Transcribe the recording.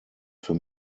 für